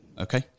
Okay